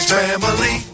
family